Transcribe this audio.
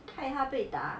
害他被打